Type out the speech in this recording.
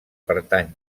pertany